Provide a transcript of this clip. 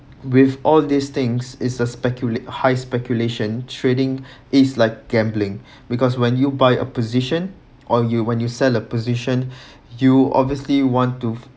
with all these things is a speculate high speculation trading is like gambling because when you buy a position or you when you sell a position you obviously want to